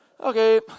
Okay